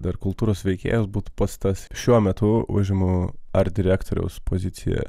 dar kultūros veikėjas būtų pats tas šiuo metu užimu ar direktoriaus poziciją